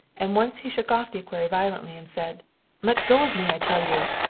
and once he shook off the equerry violently and said let go of me, i tell you!